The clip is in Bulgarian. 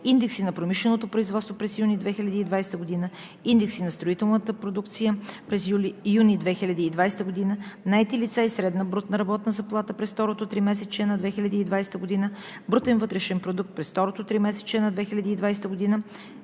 индекси на промишленото производство през юни 2020 г.; индекси на строителната продукция през юни 2020 г.; наети лица и средна брутна работна заплата през второто тримесечие на 2020 г.; брутен вътрешен продукт през второто тримесечие на 2020 г.;